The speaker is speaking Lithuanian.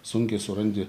sunkiai surandi